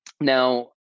now